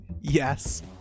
yes